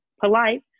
polite